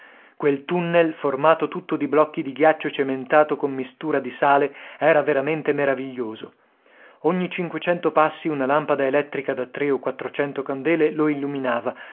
quel tunnel formato tutto di blocchi di ghiaccio cementato con mistura di sale era veramente meraviglioso ogni cinquecento passi una lampada elettrica da tre o quattrocento candele lo illuminava